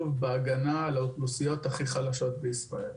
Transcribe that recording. בהגנה על האוכלוסיות הכי חלשות בישראל.